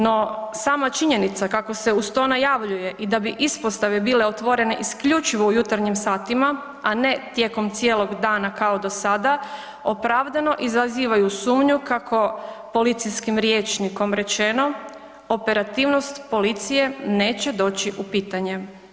No, sama činjenica kako se uz to najavljuje i da bi ispostave bile otvorene isključivo u jutarnjim satima, a ne tijekom cijeloga dana kao do sada opravdano izaziva sumnju kako policijskim rječnikom operativnost policije neće doći u pitanje.